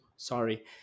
Sorry